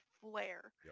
flare